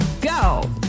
go